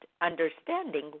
understanding